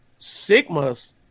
Sigmas